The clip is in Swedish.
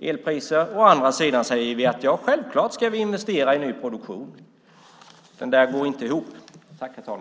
elpriser och å andra sidan säger att vi självklart ska investera i ny produktion. Det går inte ihop, fru talman.